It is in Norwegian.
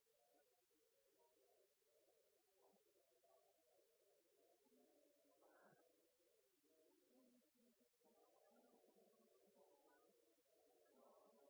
de på jakt etter å få